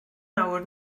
nawr